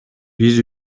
биз